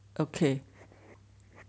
okay